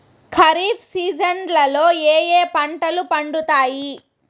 ఖరీఫ్ సీజన్లలో ఏ ఏ పంటలు పండుతాయి